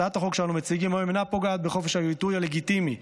הצעת החוק שאנו מציגים היום אינה פוגעת בחופש הביטוי הלגיטימי,